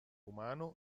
umano